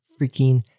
freaking